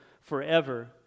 forever